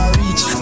reach